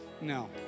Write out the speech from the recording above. no